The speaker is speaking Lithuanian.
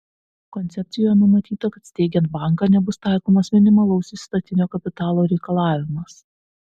koncepcijoje numatyta kad steigiant banką nebus taikomas minimalaus įstatinio kapitalo reikalavimas